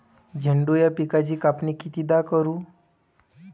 झेंडू या पिकाची कापनी कितीदा करू?